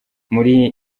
muri